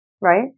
right